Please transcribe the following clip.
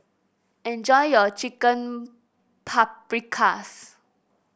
enjoy your Chicken Paprikas